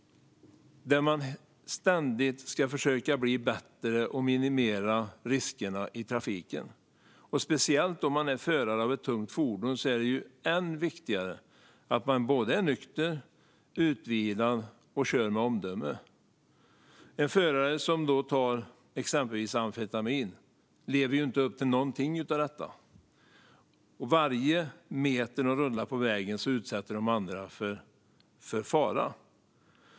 Man försöker ständigt bli bättre och minimera riskerna i trafiken. Speciellt om man är förare av ett tungt fordon är det än viktigare att man är nykter, utvilad och kör med omdöme. En förare som tar till exempel amfetamin lever inte upp till någonting av detta. Varje meter som dessa fordon rullar på vägen utsätter de andra för fara.